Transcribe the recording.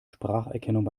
spracherkennung